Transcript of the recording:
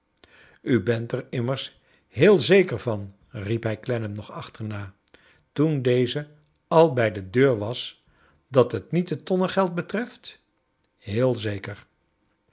u bent er immers heel zeker van riep hij clennam nog achterna toen deze al bij de deur was dat het niet het tonnengeld betreft heel zeker